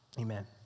Amen